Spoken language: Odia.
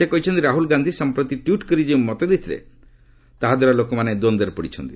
ସେ କହିଛନ୍ତି ରାହୁଲ ଗାନ୍ଧି ସଂପ୍ରତି ଟ୍ୱିଟ୍ କରି ଯେଉଁ ମତ ଦେଇଥିଲେ ତାହା ଦ୍ୱାରା ଲୋକମାନେ ଦୃନ୍ଦରେ ପଡିଛନ୍ତି